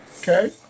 Okay